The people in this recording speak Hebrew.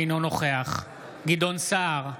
אינו נוכח גדעון סער,